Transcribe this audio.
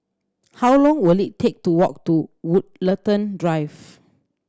how long will it take to walk to Woollerton Drive